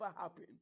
happen